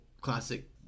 classic